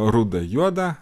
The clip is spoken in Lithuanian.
ruda juoda